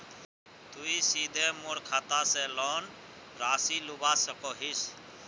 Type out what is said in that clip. तुई सीधे मोर खाता से लोन राशि लुबा सकोहिस?